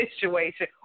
situation